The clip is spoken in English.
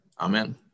Amen